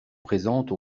présente